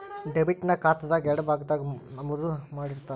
debit ನ ಖಾತಾದ್ ಎಡಭಾಗದಾಗ್ ನಮೂದು ಮಾಡಿರ್ತಾರ